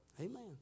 Amen